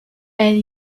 elle